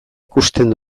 ikusten